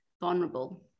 vulnerable